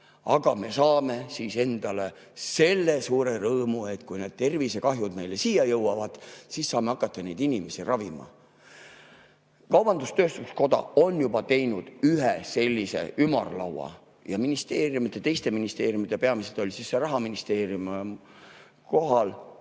aga me saame endale selle suure rõõmu, et kui need tervisekahjud siia jõuavad, siis me saame hakata neid inimesi ravima. Kaubandus-tööstuskoda on juba teinud ühe sellise ümarlaua ja ministeeriumidele, teistele ministeeriumidele – peamiselt oli seal rahaministeerium kohal